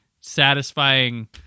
satisfying